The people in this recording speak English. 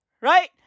Right